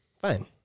Fine